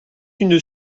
une